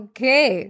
Okay